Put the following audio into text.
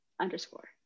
underscore